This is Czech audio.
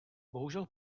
bohužel